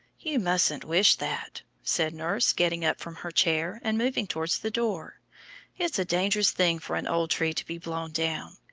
you mustn't wish that, said nurse, getting up from her chair and moving towards the door it's a dangerous thing for an old tree to be blown down.